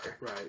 Right